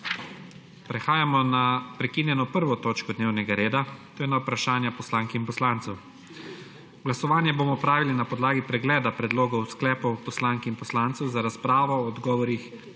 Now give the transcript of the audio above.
**Nadaljujemo s prekinjeno****1. točko dnevnega reda, to je na Vprašanja poslank in poslancev.** Glasovanje bomo opravili na podlagi pregleda predlogov sklepov poslank in poslancev za razpravo o odgovorih